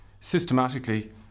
systematically